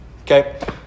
Okay